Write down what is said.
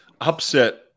upset